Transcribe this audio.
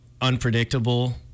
unpredictable